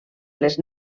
les